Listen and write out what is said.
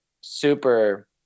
super –